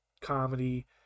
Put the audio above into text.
comedy